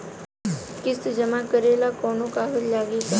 किस्त जमा करे ला कौनो कागज लागी का?